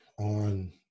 on